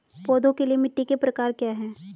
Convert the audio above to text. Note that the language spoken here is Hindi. पौधों के लिए मिट्टी के प्रकार क्या हैं?